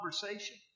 conversation